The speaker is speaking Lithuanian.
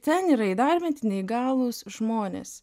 ten yra įdarbinti neįgalūs žmonės